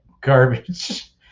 garbage